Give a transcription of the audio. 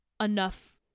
enough